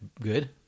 good